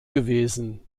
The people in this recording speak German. gewesen